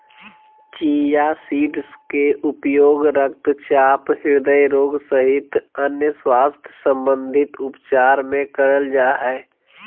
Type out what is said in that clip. chia seeds के उपयोग रक्तचाप, हृदय रोग सहित अन्य स्वास्थ्य संबंधित उपचार मे करल जा हय